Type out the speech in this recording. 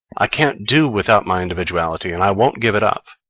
i can't do without my individuality, and i won't give it up.